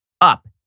up